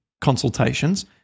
consultations